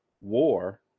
war